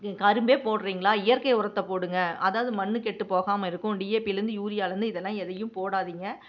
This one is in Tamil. கரும்பே போடறீங்களா இயற்கை உரத்தை போடுங்கள் அதாவது மண் கெட்டு போகாமல் இருக்கும் டிஏபிலேருந்து யூரியாலேருந்து இதெல்லாம் எதையும் போடாதீங்க